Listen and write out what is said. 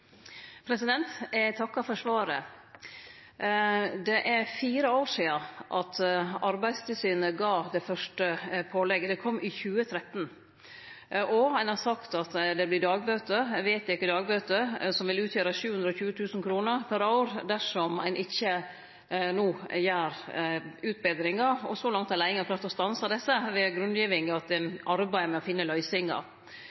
Eg takkar for svaret. Det er fire år sidan Arbeidstilsynet gav det første pålegget, det kom i 2013, og ein har sagt at det vert vedteke dagbøter som vil utgjere 720 000 kr per år dersom ein ikkje no gjer utbetringar. Så langt har leiinga prøvt å stanse desse med den grunngjevinga at